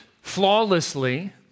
flawlessly